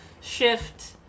shift